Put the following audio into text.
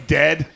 dead